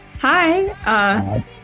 hi